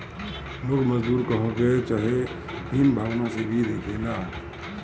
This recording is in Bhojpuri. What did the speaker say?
लोग मजदूर कहके चाहे हीन भावना से भी देखेला